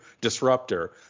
disruptor